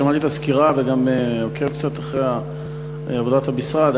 שמעתי את הסקירה ואני גם עוקב קצת אחרי עבודת המשרד.